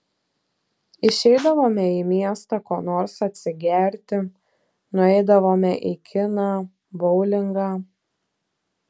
išeidavome į miestą ko nors atsigerti nueidavome į kiną boulingą